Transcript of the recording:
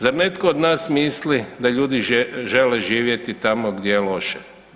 Zar netko od nas misli da ljudi žele živjeti tamo gdje je loše?